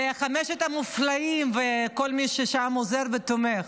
לחמשת המופלאים ולכל מי ששם עוזר ותומך: